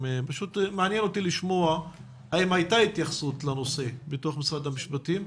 מעניין אותי לשמוע האם הייתה התייחסות לנושא במשרד המשפטים.